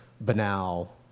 banal